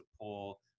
pull